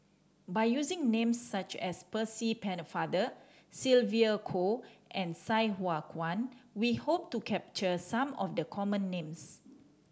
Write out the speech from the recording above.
by using names such as Percy Pennefather Sylvia Kho and Sai Hua Kuan we hope to capture some of the common names